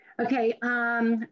Okay